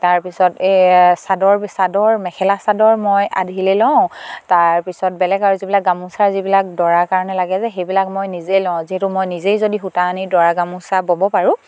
তাৰপিছত এই চাদৰ মেখেলা চাদৰ মই আধিলে লওঁ তাৰপিছত বেলেগ আৰু যিবিলাক গামোচা যিবিলাক দৰাৰ কাৰণে লাগে যে সেইবিলাক মই নিজেই লওঁ যিহেতু মই নিজেই যদি সূতা আনি দৰা গামোচা ব'ব পাৰোঁ